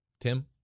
tim